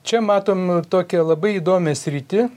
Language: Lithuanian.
čia matom tokią labai įdomią sritį